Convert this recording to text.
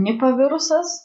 nipa virusas